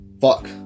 Fuck